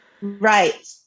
Right